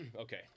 Okay